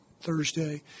Thursday